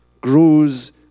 grows